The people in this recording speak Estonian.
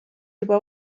juba